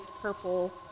purple